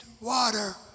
water